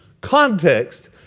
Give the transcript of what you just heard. Context